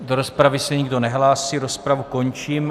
Do rozpravy se nikdo nehlásí, rozpravu končím.